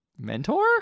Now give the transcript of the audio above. mentor